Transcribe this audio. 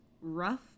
rough